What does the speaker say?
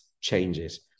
changes